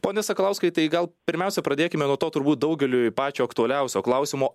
pone sakalauskai tai gal pirmiausia pradėkime nuo to turbūt daugeliui pačio aktualiausio klausimo